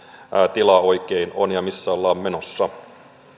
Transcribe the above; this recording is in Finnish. tila oikein on ja missä ollaan menossa